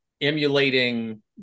emulating